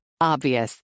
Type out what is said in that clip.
Obvious